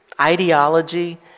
ideology